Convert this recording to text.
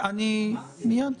מייד.